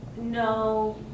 No